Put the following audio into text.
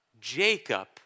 Jacob